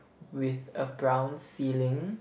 with a brown ceiling